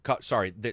sorry